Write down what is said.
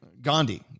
Gandhi